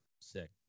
sick